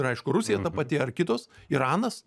ir aišku rusija pati ar kitos iranas